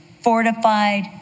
fortified